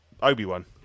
Obi-Wan